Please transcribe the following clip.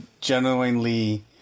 genuinely